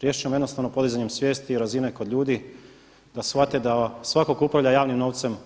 Riješiti ćemo jednostavno podizanjem svijesti i razine kod ljudi da shvate da svako tko upravlja javnim novcem